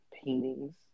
Paintings